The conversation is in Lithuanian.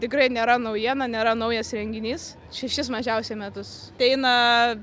tikrai nėra naujiena nėra naujas renginys šešis mažiausiai metus eina